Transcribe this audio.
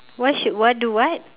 what should what do what